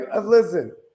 listen